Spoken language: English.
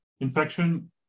infection